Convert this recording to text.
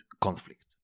conflict